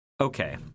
Okay